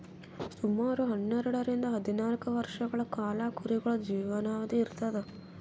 ಸುಮಾರ್ ಹನ್ನೆರಡರಿಂದ್ ಹದ್ನಾಲ್ಕ್ ವರ್ಷಗಳ್ ಕಾಲಾ ಕುರಿಗಳ್ದು ಜೀವನಾವಧಿ ಇರ್ತದ್